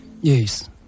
Yes